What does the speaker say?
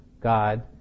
God